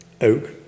oak